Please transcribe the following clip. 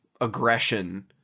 aggression